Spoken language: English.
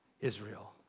Israel